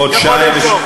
חודשיים.